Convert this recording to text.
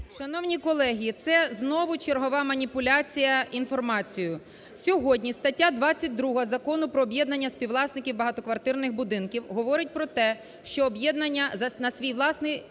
Шановні колеги, це знову чергова маніпуляція інформацією. Сьогодні стаття 22 Закону "Про об'єднання співвласників багатоквартирних будинків" говорить про те, що об'єднання на свій власний…